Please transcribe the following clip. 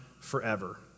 forever